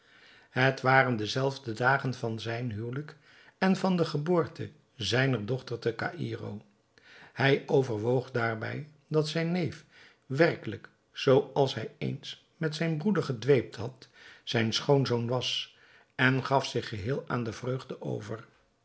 het waren de zelfde dagen van zijn huwelijk en van de geboorte zijner dochter te caïro hij overwoog daarbij dat zijn neef werkelijk zoo als hij eens met zijn broeder gedweept had zijn schoonzoon was en gaf zich geheel aan de vreugde over